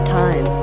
time